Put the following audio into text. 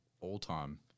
all-time